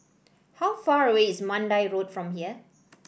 how far away is Mandai Road from here